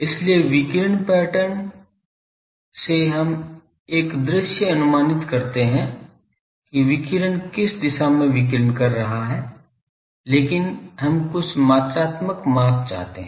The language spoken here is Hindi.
इसलिए विकिरण पैटर्न से हम एक दृश्य अनुमानित करते हैं कि विकिरण किस दिशा में विकिरण कर रहा है लेकिन हम कुछ मात्रात्मक माप चाहते हैं